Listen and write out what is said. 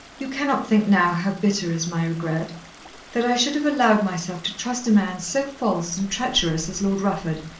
you cannot think now how bitter is my regret that i should have allowed myself to trust a man so false and treacherous as lord rufford,